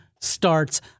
starts